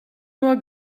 nur